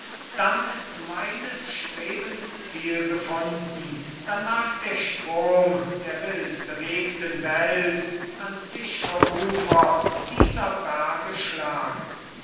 dann ist meines strebens ziel gefunden dann mag der strom der wildbewegten welt ans sichre ufer dieser berge schlagen